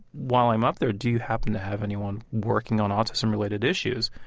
while i'm up there, do you happen have anyone working on autism-related issues?